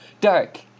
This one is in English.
Dark